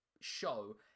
show